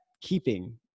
keeping